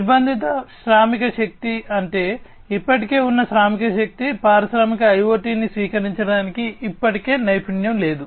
నిర్బంధిత శ్రామిక శక్తి అంటే ఇప్పటికే ఉన్న శ్రామిక శక్తి పారిశ్రామిక IoT ను స్వీకరించడానికి ఇప్పటికే నైపుణ్యం లేదు